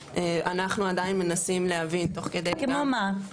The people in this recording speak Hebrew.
אנחנו עדיין מנסים להבין תוך כדי גם כמו מה?